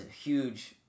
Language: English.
huge